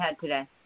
today